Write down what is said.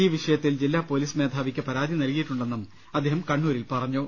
ഈ വിഷയത്തിൽ ജില്ലാ പൊലീസ് മേധാവിക്ക് പരാതി നൽകിയിട്ടുണ്ടെന്നും അദ്ദേഹം പറഞ്ഞു